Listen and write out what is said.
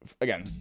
again